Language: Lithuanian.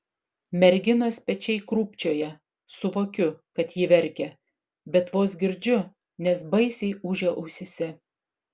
merginos pečiai krūpčioja suvokiu kad ji verkia bet vos girdžiu nes baisiai ūžia ausyse